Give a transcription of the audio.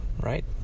right